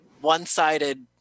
one-sided